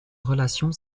relation